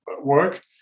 work